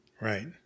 right